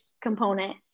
component